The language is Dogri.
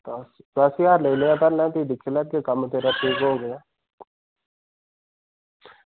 दस्स ज्हार लेई लैयो भी दिक्खी लैगे तेरा कम्म जनेहा होग